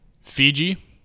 fiji